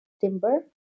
timber